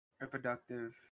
reproductive